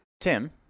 Tim